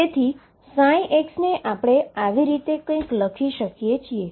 તેથી ψx ને આપણે કંઈક આવી રીતે લખી શકીએ છીએ